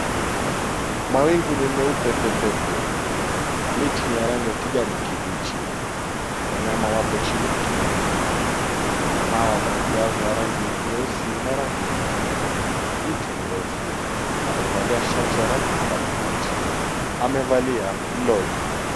Mawingu ni meupe pepepe. Miti ni ya rangi ya kijani kibichi. Wanyama wapo chini ya kibanda. Wanyama hawa baadhi yao ni wa rangi nyeusi na rangi nyeupe. Mtu mrefu amevalia shati ya rangi ya samawati. Amevalia long'i.